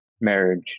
marriage